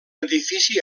edifici